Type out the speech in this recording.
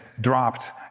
dropped